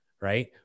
right